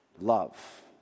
love